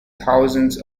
thousands